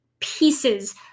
pieces